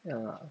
ya lah